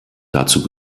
dazu